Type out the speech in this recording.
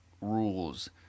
rules